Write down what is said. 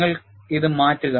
നിങ്ങൾ ഇത് മാറ്റുക